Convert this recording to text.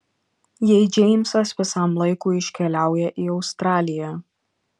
jei džeimsas visam laikui iškeliauja į australiją